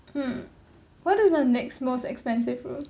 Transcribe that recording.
mm what is the next most expensive room